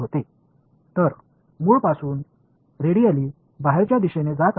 இங்கு துவக்கம் ரேடிகலி வெளிப்புறமாகச் செல்கின்றது